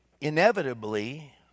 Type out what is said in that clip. inevitably